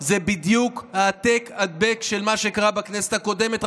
זה בדיוק העתק-הדבק של מה שקרה בכנסת הקודמת,